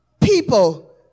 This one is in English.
people